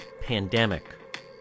pandemic